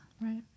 right